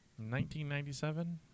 1997